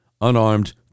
unarmed